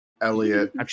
Elliot